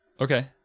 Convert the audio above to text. okay